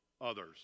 others